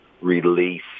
release